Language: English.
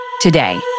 today